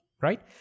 right